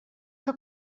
que